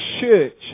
church